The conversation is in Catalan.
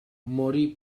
morí